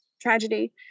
tragedy